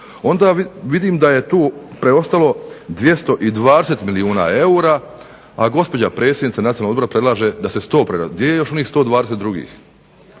onda vidim da je tu preostalo 220 milijuna eura a gospođa predsjednica Odbora predlaže da se 100 preraspodijeli, gdje je još onih 120 drugih.